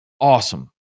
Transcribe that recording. awesome